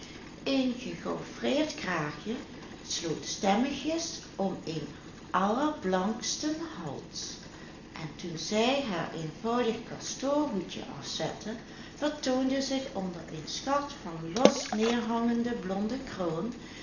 een gegaufreerd kraagje sloot stemmigjes om een allerblanksten hals en toen zij haar eenvoudig kastoor hoedje afzette vertoonde zich onder een schat van los neerhangende blonde krullen